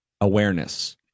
awareness